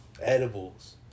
edibles